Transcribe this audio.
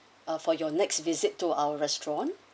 uh for your next visit to our restaurant